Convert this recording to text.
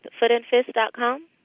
footandfist.com